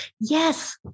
Yes